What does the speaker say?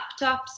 laptops